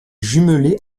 jumelée